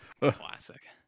Classic